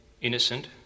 innocent